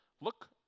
Look